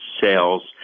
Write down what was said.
sales